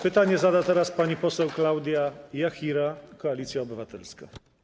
Pytanie zada teraz pani poseł Klaudia Jachira, Koalicja Obywatelska.